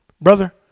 Brother